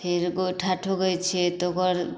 फेर गोइठा ठोकै छिए तऽ ओकर